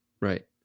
Right